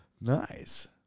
Nice